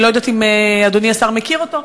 אני לא יודעת אם אדוני מכיר אותו.